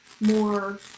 more